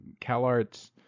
CalArts